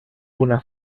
una